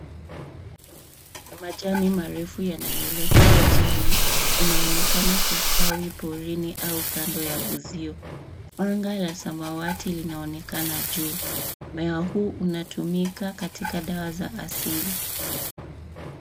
Majani marefu yanayoelekea chini unaonekana kustawi porini au kando ya uzio anga la samawati linaonekana juu mmea huu unatumika katika dawa za asili